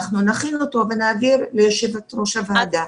אנחנו נכין אותו ונעביר ליושבת-ראש הוועדה.